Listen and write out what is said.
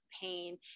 pain